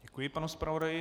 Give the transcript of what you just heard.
Děkuji panu zpravodaji.